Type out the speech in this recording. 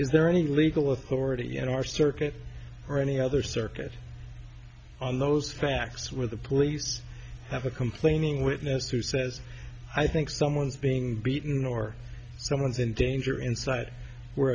is there any legal authority in our circuit or any other circuit on those facts where the police have a complaining witness who says i think someone's being beaten or someone's in danger inside where